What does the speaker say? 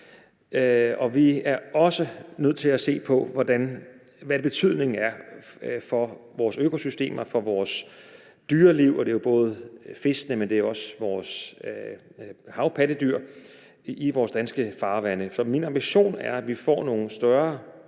Vi er også nødt til at se på, hvad betydningen er for vores økosystemer og for vores dyreliv, og det er både fiskene, men også vores havpattedyr, i vores danske farvande. Så min ambition er, at vi får nogle større